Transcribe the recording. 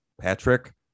Patrick